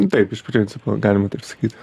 taip iš principo galima taip sakyt